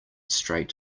straight